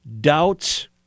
doubts